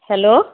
hello